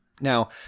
Now